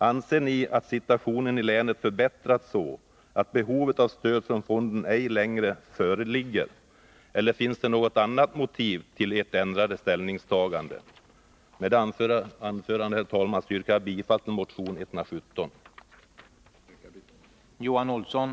Anser ni att situationen i länet förbättrats, så att behov av stöd från fonden ej längre föreligger, eller finns det något annat motiv till ert ändrade ställningstagande? Med det anförda, herr talman, yrkar jag bifall till motion 1980/81:117.